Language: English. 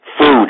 food